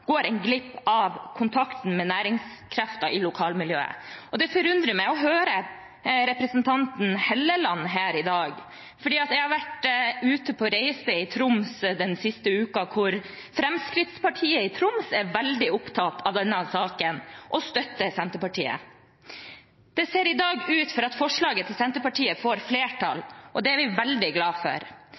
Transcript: går en glipp av kontakten med næringskrefter i lokalmiljøet. Det forundrer meg å høre representanten Halleland her i dag, for jeg har den siste uken vært på reise i Troms, hvor Fremskrittspartiet er veldig opptatt av denne saken og støtter Senterpartiet. Det ser i dag ut til at forslaget fra Senterpartiet får flertall. Det er vi veldig glad for,